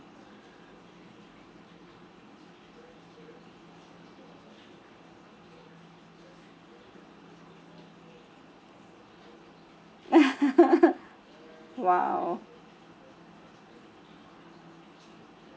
!wow!